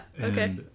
Okay